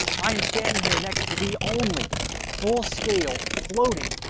i am standing here next to the only full-scale, floating,